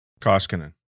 Koskinen